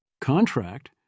Contract